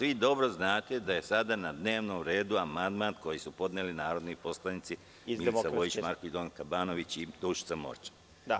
Vi dobro znate da je sada na dnevnom redu amandman koji su podneli narodni poslanici Milica Vojić Marković, Donka Banović i Dušica Morčev.